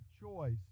choice